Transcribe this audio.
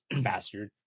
bastard